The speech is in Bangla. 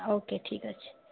ওকে ঠিক আছে